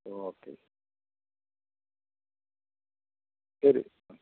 okay ശരി ആ